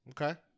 Okay